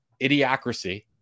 Idiocracy